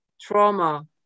trauma